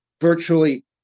virtually